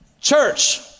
church